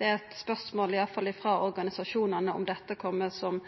Det er spørsmål iallfall frå organisasjonane om dette kjem som